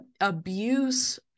abuse